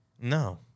No